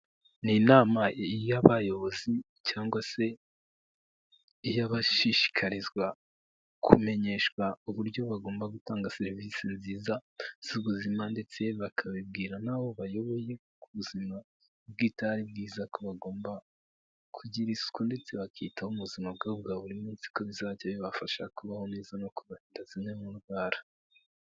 Ni inamay'abayobozi cyangwa se iy'abashishikarizwa kumenyeshwa uburyo bagomba gutanga serivisi nziza z'ubuzima ndetse bakabibwira nabo bayoboye, ko ubuzima kubwitaho ari bwiza, ko bagomba kugira isuku ndetse bakiyitaho buzima bwabo bwa buri munsi ko bizajya bibafasha kubaho neza no kubata zimwe mu ndwara.